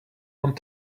want